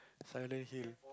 Syler here